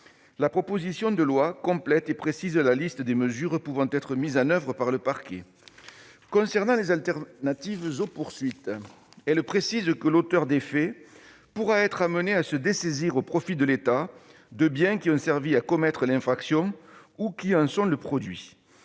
proposition de loi complète et précise la liste des mesures pouvant être mises en oeuvre par le parquet. Concernant les alternatives aux poursuites, elle précise que l'auteur des faits pourra être amené à se dessaisir au profit de l'État de biens qui ont servi à commettre l'infraction ou qui en sont le produit.